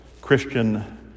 Christian